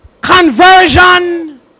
conversion